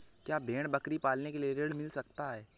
क्या भेड़ बकरी पालने के लिए ऋण मिल सकता है?